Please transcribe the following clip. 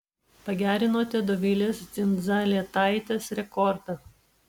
pagerinote dovilės dzindzaletaitės rekordą